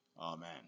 Amen